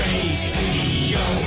Radio